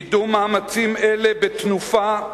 קידום מאמצים אלה בתנופה,